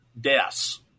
deaths